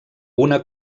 una